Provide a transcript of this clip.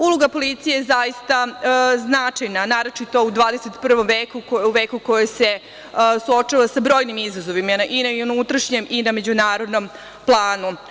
Uloga policije je zaista značajna, naročito u 21. veku, u veku koji se suočava sa brojnim izazovima i na unutrašnjem i na međunarodnom planu.